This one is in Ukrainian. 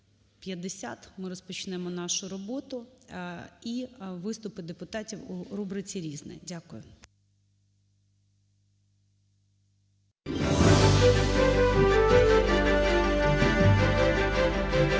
ми розпочнемо нашу роботу і виступи депутатів у рубриці "Різне". Дякую.